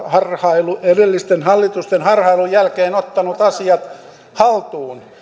harhailun edellisten hallitusten harhailun jälkeen ottanut asiat haltuun